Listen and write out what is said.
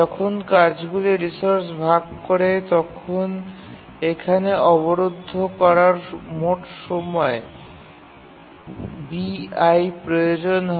যখন কাজগুলি রিসোর্স ভাগ করে তখন এখানে অবরুদ্ধ করার মোট সময় bi প্রয়োজন হয়